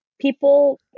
people